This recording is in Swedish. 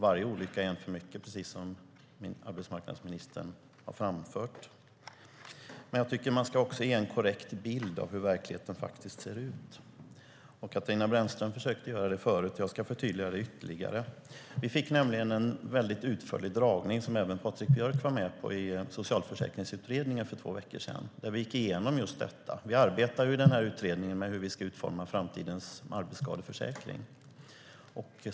Varje olycka är en för mycket, precis som arbetsmarknadsministern har framfört. Men jag tycker att man också ska ge en korrekt bild av hur verkligen ser ut. Katarina Brännström försökte göra det förut; jag ska förtydliga det ytterligare. Vi fick nämligen en utförlig dragning, som även Patrik Björck var med på, i Socialförsäkringsutredningen för två veckor sedan, där vi gick igenom just detta. Vi arbetar i den utredningen med hur vi ska utforma framtidens arbetsskadeförsäkring.